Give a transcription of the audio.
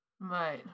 right